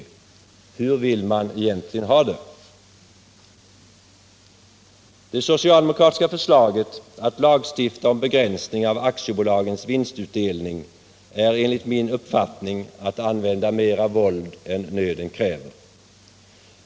Hur vill man egentligen ha det? Det socialdemokratiska förslaget att lagstifta om begränsning av aktiebolagens vinstutdelning är enligt min uppfattning att använda mera våld än nöden kräver.